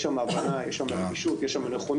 יש שם הבנה, יש שם גמישות, יש שם נכונות.